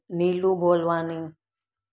नीलू बोलवानी